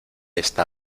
esta